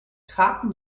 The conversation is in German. traten